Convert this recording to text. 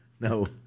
no